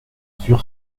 sur